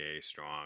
strong